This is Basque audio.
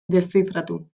deszifratu